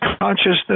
consciousness